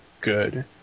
good